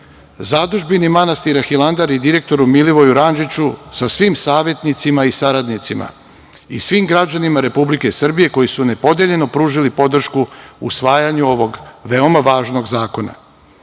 zadužbini manastira Hilandar i direktoru Milivoju Randžiću, sa svim savetnicima i saradnicima i svim građanima Republike Srbije, koji su nepodeljeno pružili podršku i svim građanima